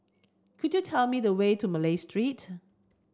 could you tell me the way to Malay Street